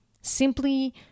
simply